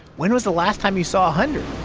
when was the last time you saw a hundred?